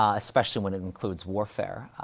um especially when it includes warfare. ah,